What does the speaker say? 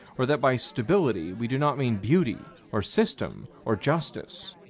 or that by stability we do not mean beauty, or system, or justice.